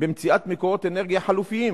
במציאת מקורות אנרגיה חלופיים,